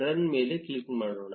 run ಮೇಲೆ click ಮಾಡೋಣ